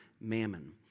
mammon